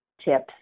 tips